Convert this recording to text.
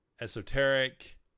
esoteric